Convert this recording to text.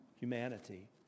humanity